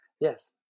Yes